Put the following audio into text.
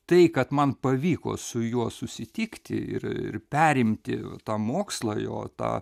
tai kad man pavyko su juo susitikti ir ir perimti tą mokslą jo tą